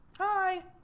Hi